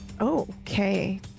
okay